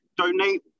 Donate